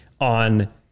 on